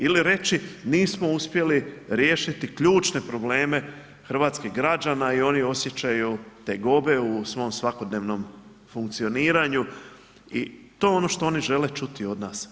Ili reći nismo uspjeli riješiti ključne probleme hrvatskih građana i oni osjećaju tegobe u svom svakodnevnom funkcioniranju i to je ono što oni žele čuti od nas.